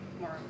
more